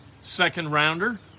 second-rounder